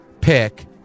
pick